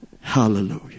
Hallelujah